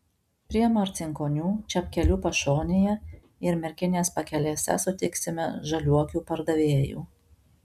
prie marcinkonių čepkelių pašonėje ir merkinės pakelėse sutiksime žaliuokių pardavėjų